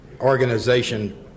organization